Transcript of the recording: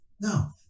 Now